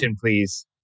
please